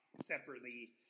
separately